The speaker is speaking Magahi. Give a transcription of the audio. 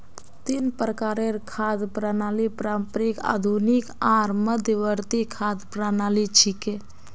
तीन प्रकारेर खाद्य प्रणालि पारंपरिक, आधुनिक आर मध्यवर्ती खाद्य प्रणालि छिके